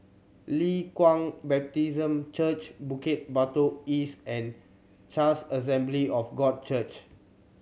Leng Kwang Baptist Church Bukit Batok East and Charis Assembly of God Church